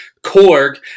Korg